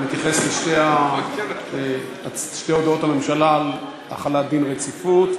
תתייחס לשתי הודעות הממשלה על החלת דין רציפות.